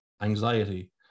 anxiety